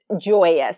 joyous